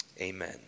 amen